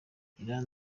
iranzi